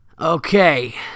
Okay